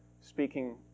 speaking